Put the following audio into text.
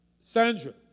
Sandra